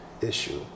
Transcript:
issue